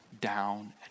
down